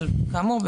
כאמור,